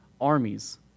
armies